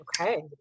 Okay